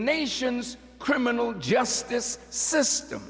nation's criminal justice system